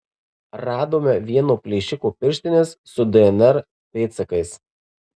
radome vieno plėšiko pirštines su dnr pėdsakais